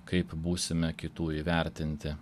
kaip būsime kitų įvertinti